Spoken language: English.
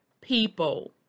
people